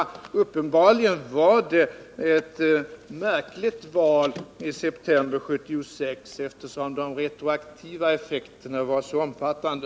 Uppenbarligen var det et märkligt val i september 1976, eftersom den retroaktiva effekten var så omfattande.